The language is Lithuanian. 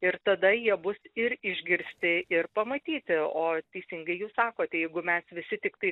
ir tada jie bus ir išgirsti ir pamatyti o teisingai jūs sakote jeigu mes visi tiktai